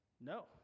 no